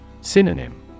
Synonym